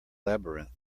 labyrinth